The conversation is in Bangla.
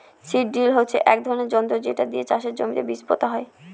সীড ড্রিল হচ্ছে এক ধরনের যন্ত্র যেটা দিয়ে চাষের জমিতে বীজ পোতা হয়